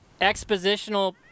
expositional